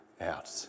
out